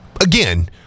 again